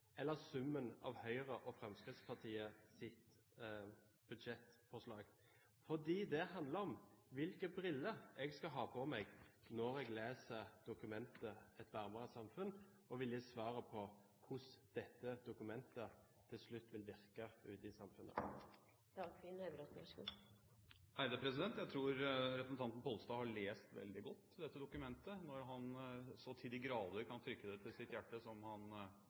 eller summen av Høyres og Fremskrittspartiets budsjettforslag. For det handler om hvilke briller jeg skal ha på meg når jeg leser dokumentet «Et varmere samfunn», og vil ha svaret på hvordan dette dokumentet til slutt vil virke ute i samfunnet. Jeg tror representanten Pollestad har lest dette dokumentet veldig godt når han så til de grader kan trykke det til sitt hjerte som det han